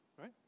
right